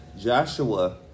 Joshua